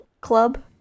club